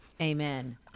Amen